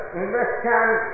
understand